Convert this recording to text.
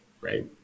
right